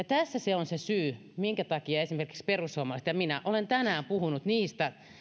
tässä on se syy minkä takia esimerkiksi perussuomalaiset ja minä olemme tänään puhuneet niistä